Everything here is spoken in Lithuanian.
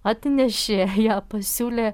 atnešė ją pasiūlė